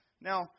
Now